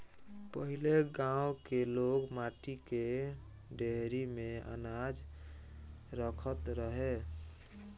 पहिले गांव के लोग माटी के डेहरी में अनाज रखत रहे